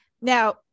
Now